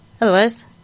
otherwise